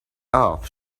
off